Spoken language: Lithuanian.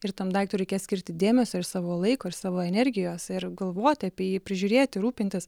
ir tam daiktui reikės skirti dėmesio ir savo laiko ir savo energijos ir galvoti apie jį prižiūrėti rūpintis